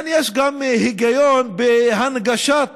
יש גם היגיון בהנגשת